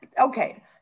okay